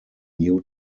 new